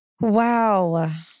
Wow